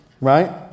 Right